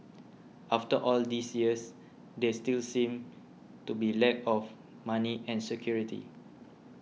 after all these years there still seems to be a lack of money and security